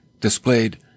displayed